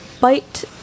bite